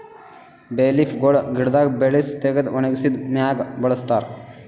ಬೇ ಲೀಫ್ ಗೊಳ್ ಗಿಡದಾಗ್ ಬೆಳಸಿ ತೆಗೆದು ಒಣಗಿಸಿದ್ ಮ್ಯಾಗ್ ಬಳಸ್ತಾರ್